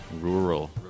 Rural